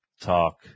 talk